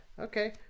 Okay